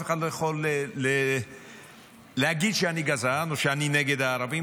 אף אחד לא יכול להגיד שאני גזען או שאני נגד הערבים.